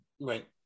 right